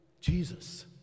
Jesus